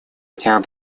этих